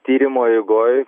tyrimo eigoj